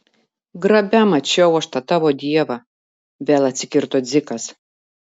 grabe mačiau aš tą tavo dievą vėl atsikirto dzikas